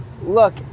look